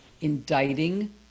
indicting